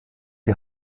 die